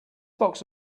box